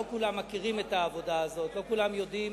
לא כולם מכירים את העבודה הזו, לא כולם יודעים